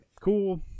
cool